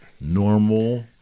normal